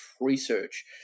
research